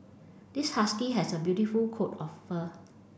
this husky has a beautiful coat of fur